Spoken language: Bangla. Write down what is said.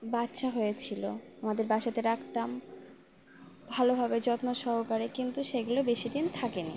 বাচ্চা হয়েছিলো আমাদের বাসাতে রাখতাম ভালোভাবে যত্ন সহকারে কিন্তু সেগুলো বেশি দিন থাকে নি